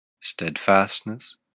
steadfastness